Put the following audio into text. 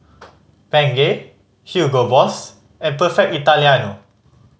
Bengay Hugo Boss and Perfect Italiano